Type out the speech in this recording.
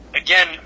again